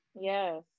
Yes